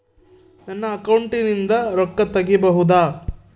ನನ್ನ ಅಕೌಂಟಿಂದ ರೊಕ್ಕ ತಗಿಬಹುದಾ?